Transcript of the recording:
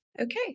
okay